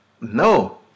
no